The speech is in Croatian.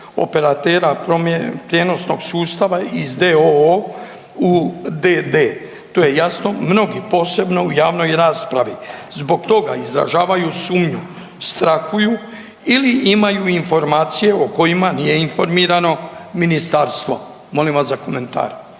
operatera prijenosnog sustava iz d.o.o. u d.d., to je jasno, mnogi posebno u javnoj raspravi zbog toga izražavaju sumnju, strahuju ili imaju informacije o kojima nije informirano ministarstvo. Molim vas za komentar.